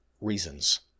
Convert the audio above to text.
reasons